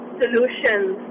solutions